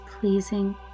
pleasing